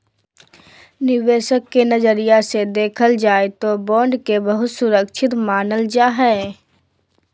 निवेशक के नजरिया से देखल जाय तौ बॉन्ड के बहुत सुरक्षित मानल जा हइ